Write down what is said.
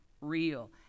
real